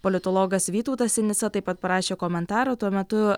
politologas vytautas sinica taip pat parašė komentarą tuo metu